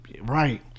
right